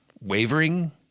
wavering